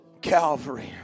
Calvary